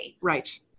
Right